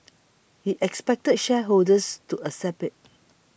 he expected shareholders to accept it